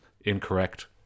incorrect